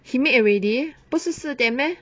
he made already 不是四点 meh